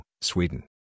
Sweden